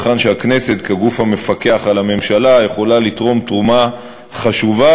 היכן הכנסת כגוף המפקח על הממשלה יכולה לתרום תרומה חשובה,